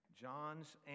John's